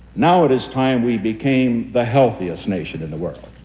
now it is time we became the healthiest nation in the world